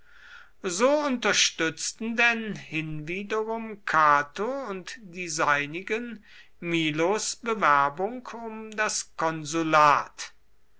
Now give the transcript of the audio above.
so unterstützten denn hinwiederum cato und die seinigen milos bewerbung um das konsulat